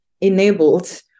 enabled